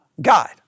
God